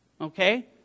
Okay